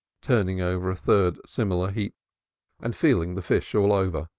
turning over a third similar heap and feeling the fish all over.